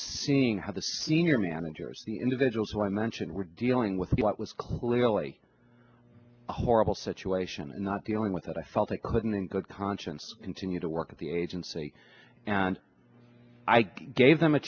seeing how the senior managers the individuals who i mentioned were dealing with what was clearly a horrible situation and not dealing with it i felt they couldn't in good conscience continue to work at the agency and i gave them a